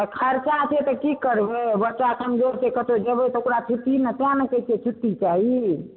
तऽ खरचा छै तऽ की करबै बच्चा कमजोर छै कतौ जेबै तऽ ओकरा छुट्टी तैॅं ने कहै छियै छुट्टी चाही